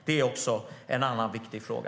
Detta är en annan viktig fråga.